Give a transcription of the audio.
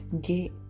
get